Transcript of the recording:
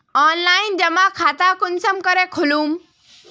Online जमा खाता कुंसम करे खोलूम?